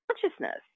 consciousness